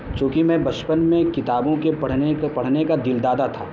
چونکہ میں بچپن میں کتابوں کے پڑھنے پڑھنے کا دلدادہ تھا